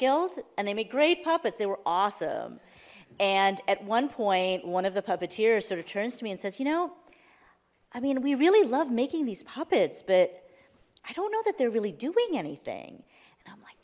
gills and they make great puppets they were awesome and at one point one of the puppeteers sort of turns to me and says you know i mean we really love making these puppets but i don't know that they're really doing anything